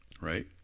right